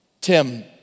Tim